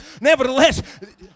nevertheless